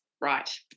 right